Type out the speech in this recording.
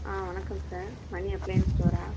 ஆ வணக்கம் சார் மணி அப்ளையின் ஸ்டோரா